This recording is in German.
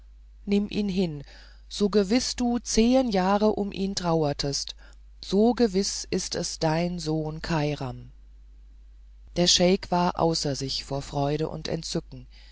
nimm ihn hin so gewiß du zehen jahre um ihn trauertest so gewiß ist es dein sohn kairam der scheik war außer sich vor freude und entzücken